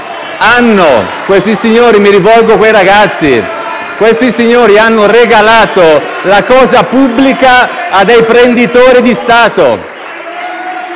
poco disastrosa. Mi rivolgo a quei ragazzi: questi signori hanno regalato la cosa pubblica a dei prenditori di Stato.